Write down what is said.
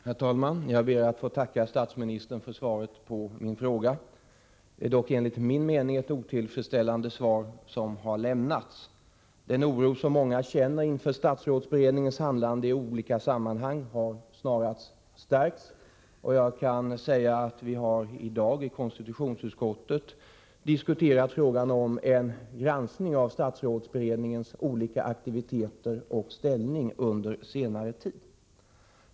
Herr talman! Jag ber att få tacka statsministern för svaret på min fråga. Det är dock enligt min mening ett otillfredsställande svar som har lämnats. Den oro som många känner inför statsrådsberedningens handlande i olika sammanhang har snarare stärkts. Jag kan säga att vi i dag i konstitutionsutskottet har diskuterat frågan om en granskning av statsrådsberedningens olika aktiviteter och ställning under senare tid.